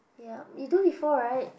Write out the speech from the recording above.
ya you do before right